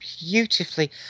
beautifully